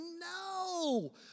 No